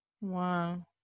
Wow